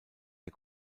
der